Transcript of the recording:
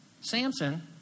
Samson